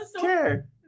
care